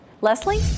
Leslie